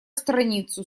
страницу